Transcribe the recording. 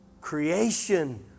creation